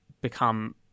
become